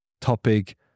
topic